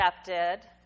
accepted